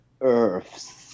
earths